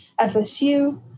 FSU